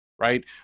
Right